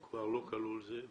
הוא כבר לא כלול בזה?